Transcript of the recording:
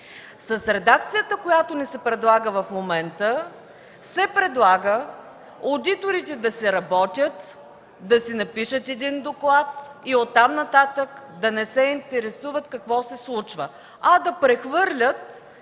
С редакцията, която ни се предлага в момента, се предлага одиторите да си работят, да си напишат един доклад и оттам нататък да не се интересуват какво се случва, а да прехвърлят